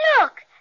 Look